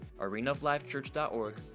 arenaoflifechurch.org